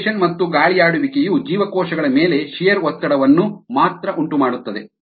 agitation ಮತ್ತು ಗಾಳಿಯಾಡುವಿಕೆಯು ಜೀವಕೋಶಗಳ ಮೇಲೆ ಶಿಯೆರ್ ಒತ್ತಡವನ್ನು ಮಾತ್ರ ಉಂಟುಮಾಡುತ್ತದೆ